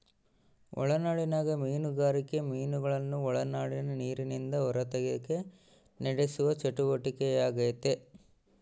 ಒಳನಾಡಿಗಿನ ಮೀನುಗಾರಿಕೆ ಮೀನುಗಳನ್ನು ಒಳನಾಡಿನ ನೀರಿಲಿಂದ ಹೊರತೆಗೆಕ ನಡೆಸುವ ಚಟುವಟಿಕೆಯಾಗೆತೆ